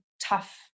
tough